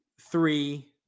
three –